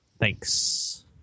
Thanks